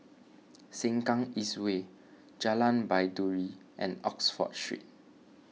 Sengkang East Way Jalan Baiduri and Oxford Street